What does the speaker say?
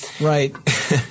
Right